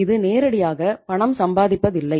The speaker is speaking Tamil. அது நேரடியாக பணம் சம்பாதிப்பதில்லை